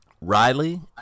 riley